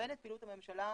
ונכוון את פעילות הממשלה,